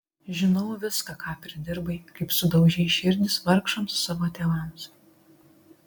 žinau viską ką pridirbai kaip sudaužei širdis vargšams savo tėvams